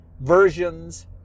versions